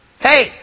Hey